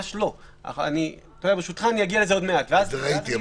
את זה ראיתי.